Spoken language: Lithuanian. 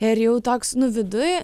ir jau toks nu viduj